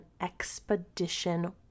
Expedition